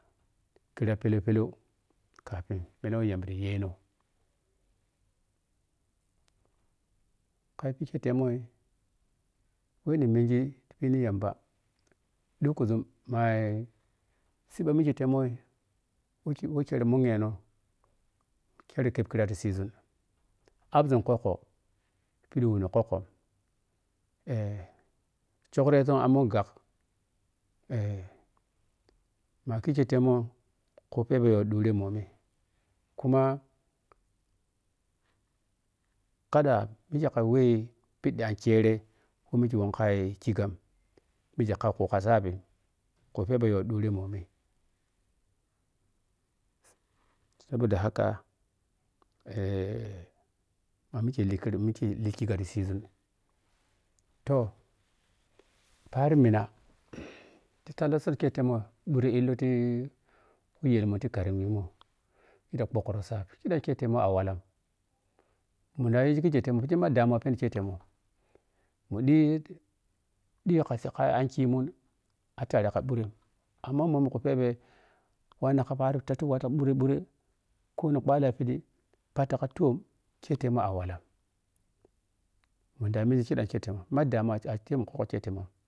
Kira pele pelo kapin millan wɛ kimba ta lenoh kayabbike temji wɛ ni menji ki ni yamba ɗhukkuȝaun mayi siba mikye temoh wɛ wikiri mbughenoh kere kepkhra ti siiȝun anp ȝun kwakkɔ ph di whɔni kwɔkkɔɗ eh chokreȝun gbag eh ma kikye temoh ku phebbe yo dhure mhommi kuma ka ɗa mikye ka wɛ phidi ankyere wo mkye wɔn iya khikam mikye kaukyye a saap ku phebwe yo ɗhere mnommi sabodahgka eh mami kelikikari sizin to parimina ti tdla sunkya ɓhure illɔti kuyel mu ti tana mikeye ɓhukuri saap kiɗam ketemunn awala munayighi khikye khigig ma ɗammun a pheni knetemun mu ɗhiti ɗhi ka ankhimun atere ka bhur amma momi ku phebhe wanna ka paani teti ka bhure koni kaaleya phiɗi phati ka toom tetemu a walla mun da mengi kheɗam kye tema ma damu a kyete ma.